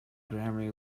grammy